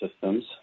systems